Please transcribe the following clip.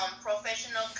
professional